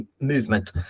movement